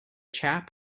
chap